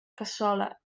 cassola